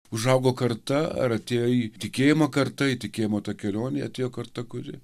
užaugo karta ar atėjo į tikėjimą karta į tikėjimo tą kelionę atėjo karta kuri